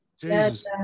Jesus